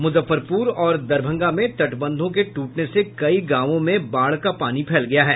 मुजफ्फरपुर और दरभंगा में तटबंधों के ट्रटने से कई गांवों में बाढ़ का पानी फैल गया है